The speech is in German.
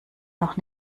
noch